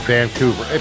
Vancouver